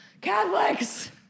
Catholics